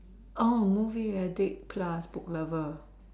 oh movie addict plus book lover